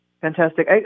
fantastic